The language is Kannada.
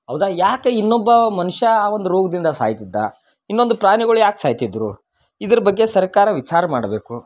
ಹೌದಾ ಯಾಕೆ ಇನ್ನೊಬ್ಬ ಮನುಷ್ಯ ಆ ಒಂದು ರೋಗದಿಂದ ಸಾಯ್ತಿದ್ದ ಇನ್ನೊಂದು ಪ್ರಾಣಿಗಳು ಯಾಕೆ ಸಾಯ್ತಿದ್ರು ಇದ್ರ ಬಗ್ಗೆ ಸರ್ಕಾರ ವಿಚಾರ ಮಾಡಬೇಕು